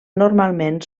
normalment